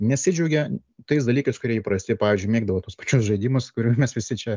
nesidžiaugia tais dalykais kurie įprasti pavyzdžiui mėgdavo tuos pačius žaidimus kurių mes visi čia